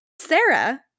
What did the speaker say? Sarah